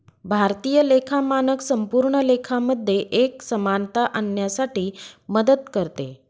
भारतीय लेखा मानक संपूर्ण लेखा मध्ये एक समानता आणण्यासाठी मदत करते